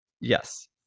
yes